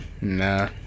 nah